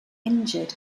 injured